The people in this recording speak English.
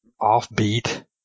offbeat